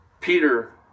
Peter